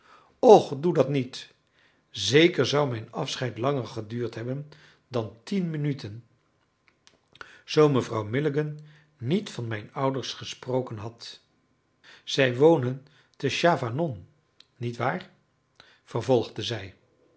och doe dat niet zeker zou mijn afscheid langer geduurd hebben dan tien minuten zoo mevrouw milligan niet van mijn ouders gesproken had zij wonen te chavanon niet waar vervolgde zij